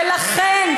ולכן,